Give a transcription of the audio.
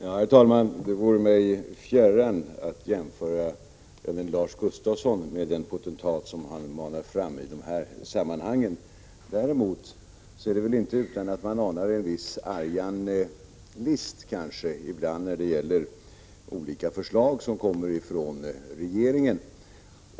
Herr talman! Det vore mig fjärran att jämföra Lars Gustafsson med den potentat som han manar fram i det här sammanhanget. Däremot är det inte utan att man anar en viss argan list ibland när det gäller olika förslag som kommer från regeringen.